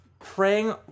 praying